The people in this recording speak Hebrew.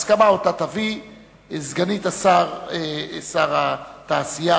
הסכמה שאותה תביא סגנית שר התעשייה,